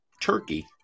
turkey